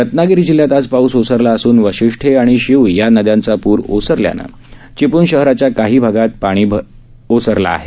रत्नागिरी जिल्ह्यात आज पाऊस ओसरला असून वाशिष्ठी आणि शीव या नद्यांचा प्र ओसरल्यानं चिपळण शहराच्या काही भागांत भरलेलं पाणी ओसरलं आहे